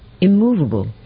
immovable